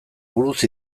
buruz